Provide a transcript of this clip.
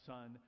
Son